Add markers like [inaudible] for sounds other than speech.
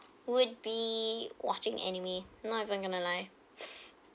would be watching anime not even gonna like [laughs]